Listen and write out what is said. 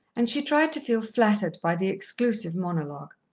and she tried to feel flattered by the exclusive monologue.